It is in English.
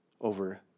Over